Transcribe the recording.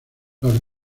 los